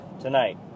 tonight